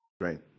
right